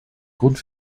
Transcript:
grund